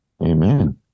Amen